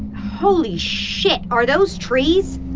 holy shit, are those trees?